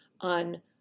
on